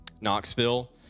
knoxville